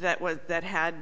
that was that had